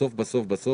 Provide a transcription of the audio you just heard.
בסוף בסוף בסוף